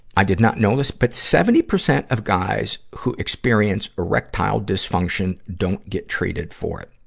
i did not know this, but seventy percent of guys who experience erectile dysfunction don't get treated for it.